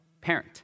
parent